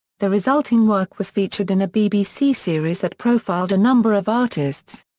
the resulting work was featured in a bbc series that profiled a number of artists.